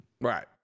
Right